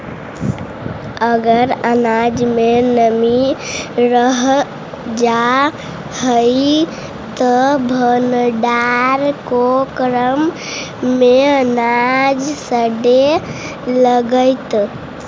अगर अनाज में नमी रह जा हई त भण्डारण के क्रम में अनाज सड़े लगतइ